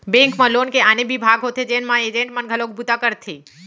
bank म loan के आने बिभाग होथे जेन म एजेंट मन घलोक बूता करथे